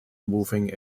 moving